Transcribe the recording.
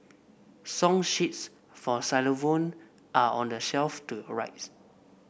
song sheets for xylophone are on the shelf to your rights